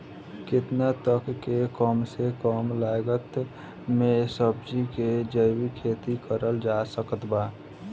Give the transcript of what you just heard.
केतना तक के कम से कम लागत मे सब्जी के जैविक खेती करल जा सकत बा?